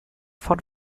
von